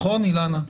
נכון אילנה?